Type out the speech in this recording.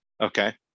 Okay